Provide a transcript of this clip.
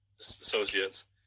associates